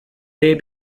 they